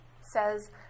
says